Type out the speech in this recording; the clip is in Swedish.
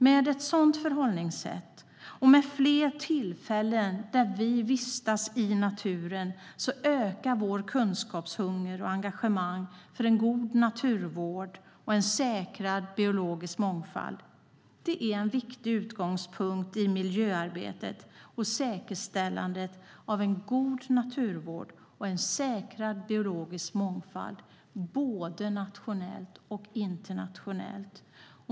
Med ett sådant förhållningssätt och med fler tillfällen att vistas i naturen ökar vår kunskapshunger och vårt engagemang för en god naturvård och en säkrad biologisk mångfald. Det är en viktig utgångspunkt i miljöarbetet och i säkerställandet av god naturvård och biologisk mångfald både nationellt och internationellt.